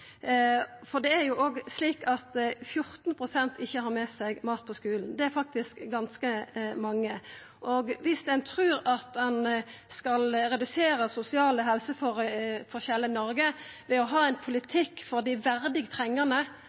for det er òg slik at 14 pst. ikkje har med seg mat på skulen. Det er faktisk ganske mange. Ein trur at ein skal redusera sosiale helseforskjellar i Noreg ved å ha ein politikk for dei verdig trengande, for det er jo det ein føreslår – ein politikk for dei verdig trengande.